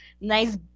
nice